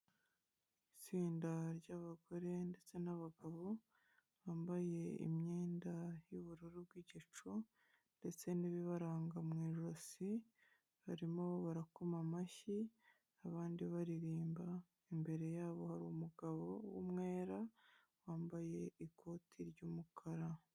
Itsinda ry'abagore ndetse n'abagabo bambaye imyenda yubururu bw'igicu ndetse n'ibibaranga mu ijosi barimo barakoma amashyi abandi baririmba imbere yabo hari umugabo w'umwera wambaye ikoti ry'umukara.